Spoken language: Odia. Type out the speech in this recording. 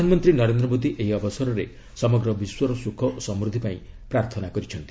ପ୍ରଧାନମନ୍ତ୍ରୀ ନରେନ୍ଦ୍ର ମୋଦୀ ଏହି ଅବସରରେ ସମଗ୍ର ବିଶ୍ୱର ଶୁଖ ଓ ସମୂଦ୍ଧି ପାଇଁ ପ୍ରାର୍ଥନା କରିଛନ୍ତି